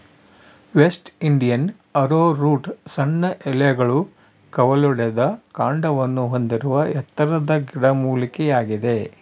West Indian arrowroot ಸಣ್ಣ ಎಲೆಗಳು ಕವಲೊಡೆದ ಕಾಂಡವನ್ನು ಹೊಂದಿರುವ ಎತ್ತರದ ಗಿಡಮೂಲಿಕೆಯಾಗಿದೆ